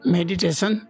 Meditation